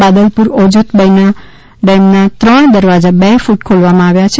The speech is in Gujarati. બાદલપુર ઓજત ર ડેમના ત્રણ દરવાજા બે કૂટ ખોલવામાં આવ્યા છે